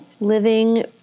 living